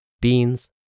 beans